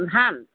ধান